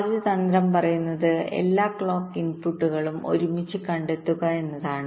ആദ്യ തന്ത്രം പറയുന്നത് എല്ലാ ക്ലോക്ക് ഇൻപുട്ടുകളും ഒരുമിച്ച് കണ്ടെത്തുക എന്നാണ്